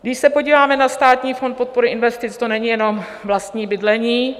Když se podíváme na Státní fond podpory investic, to není jenom vlastní bydlení.